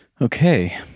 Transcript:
Okay